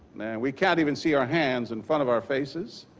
we can't even see our hands in front of our faces.